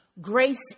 Grace